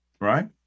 right